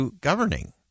governing